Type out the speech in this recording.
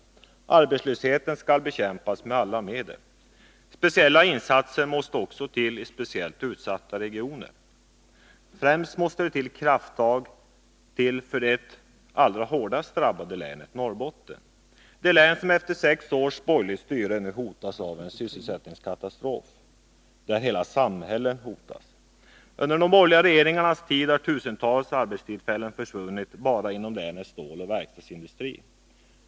Arbetslösheten skall bekämpas med alla medel. Speciella insatser måste också till i särskilt utsatta regioner. Främst måste krafttag till för det allra hårdast drabbade länet, Norrbotten. Det är det län som efter sex års borgerligt styre nu hotas av en sysselsättningskatastrof, där hela samhällen hotas. Under de borgerliga regeringarnas tid har tusentals arbetstillfällen försvunnit bara inom länets ståloch verkstadsindustri.